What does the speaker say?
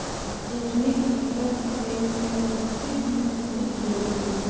ethnic entrepreneurship में पूंजी के जरूरत होला